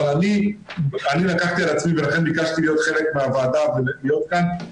אבל אני לקחתי על עצמי ולכן ביקשתי להיות חלק מהוועדה ולהיות כאן,